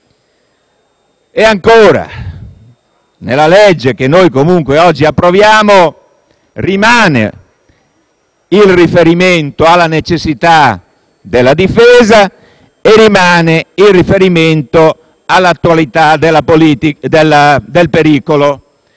Ancora: nella legge che noi, comunque, oggi approviamo rimane il riferimento alla necessità della difesa e rimane il riferimento all'attualità del pericolo.